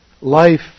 Life